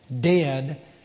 dead